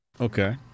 Okay